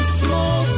small